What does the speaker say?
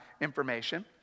information